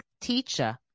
teacher